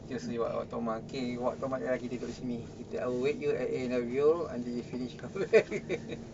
just wait what tokma okay kita ikut sini I will wait you at A&W until you finish come back